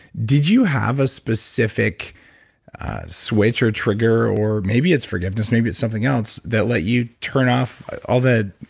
did you have a specific switch or trigger, or maybe it's forgiveness, maybe it's something else, that let you turn off all that?